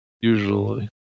usually